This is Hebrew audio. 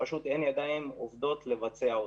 כשאין ידיים עובדות לבצע אותה.